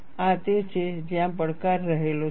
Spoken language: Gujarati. આ તે છે જ્યાં પડકાર રહેલો છે